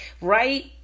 right